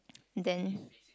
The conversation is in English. then